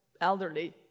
elderly